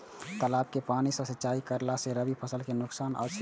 तालाब के पानी सँ सिंचाई करला स रबि फसल के नुकसान अछि?